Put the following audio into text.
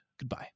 goodbye